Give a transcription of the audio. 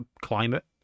climate